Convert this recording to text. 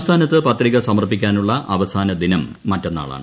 സംസ്ഥാനത്ത് പത്രിക സമർപ്പിക്കാനുളള അവസാന ദിനം മറ്റന്നാളാണ്